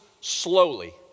slowly